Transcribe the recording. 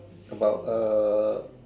about a